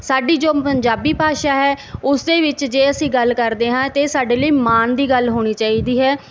ਸਾਡੀ ਜੋ ਪੰਜਾਬੀ ਭਾਸ਼ਾ ਹੈ ਉਸ ਦੇ ਵਿੱਚ ਜੇ ਅਸੀਂ ਗੱਲ ਕਰਦੇ ਹਾਂ ਤਾਂ ਸਾਡੇ ਲਈ ਮਾਣ ਦੀ ਗੱਲ ਹੋਣੀ ਚਾਹੀਦੀ ਹੈ